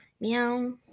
Meow